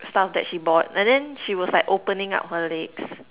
stuff that she bought and then she was like opening up her legs